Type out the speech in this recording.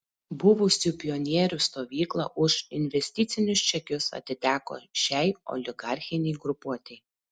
buvusių pionierių stovykla už investicinius čekius atiteko šiai oligarchinei grupuotei